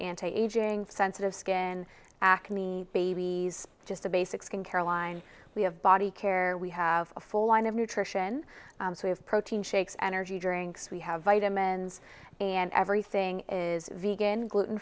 anti aging sensitive skin acne babies just a basic skin care line we have body care we have a full line of nutrition we have protein shakes energy drinks we have vitamins and everything is vegan gluten